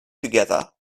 together